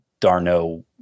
Darno